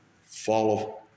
follow